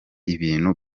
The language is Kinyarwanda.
ibintu